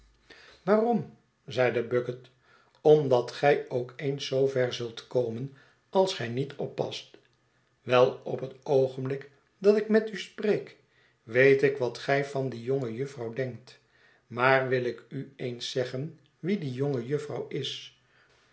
waarom zeide bucket omdat gij ook eens zoover zult komen als gij niet oppast wel op het oogenblik dat ik met u spreek weet ik wat gij van die jonge jufvrouw denkt maar wil ik u eens zeggen wie die jonge jufvrouw is